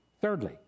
Thirdly